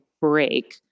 break